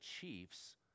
chiefs